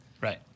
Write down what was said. Right